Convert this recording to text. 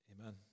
Amen